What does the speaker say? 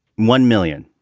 one million.